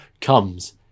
comes